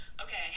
Okay